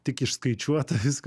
tik išskaičiuota viska